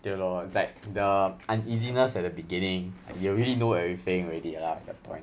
对 lor it's like the uneasiness at the beginning you already know everything already lah compared to when